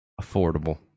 affordable